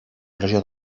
pressió